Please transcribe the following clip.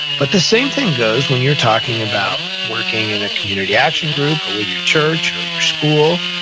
but the same thing goes when you're talking about working in a community action group, or with your church, or your school.